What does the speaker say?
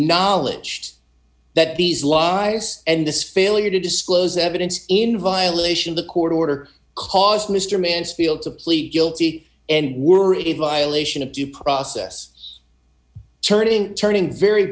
knowledge that these lies and this failure to disclose evidence in violation of the court order caused mr mansfield to plead guilty and were a violation of due process turning turning very